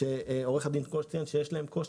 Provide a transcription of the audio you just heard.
עורך הדין כורש אומר שזה מעורר קושי